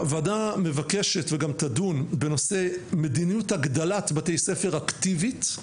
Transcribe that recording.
הוועדה מבקשת וגם תדון בנושא מדיניות הגדלת בתי ספר אקטיבית,